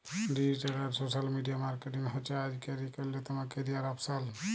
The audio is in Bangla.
ডিজিটাল আর সোশ্যাল মিডিয়া মার্কেটিং হছে আইজকের ইক অল্যতম ক্যারিয়ার অপসল